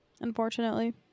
Unfortunately